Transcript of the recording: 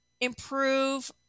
improve